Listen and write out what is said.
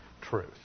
truth